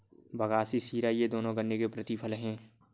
बगासी शीरा ये दोनों गन्ने के प्रतिफल हैं